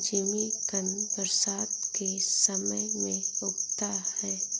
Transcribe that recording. जिमीकंद बरसात के समय में उगता है